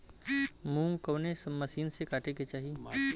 मूंग कवने मसीन से कांटेके चाही?